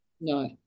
No